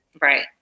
Right